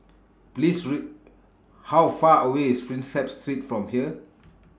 How Far away IS Prinsep Street from here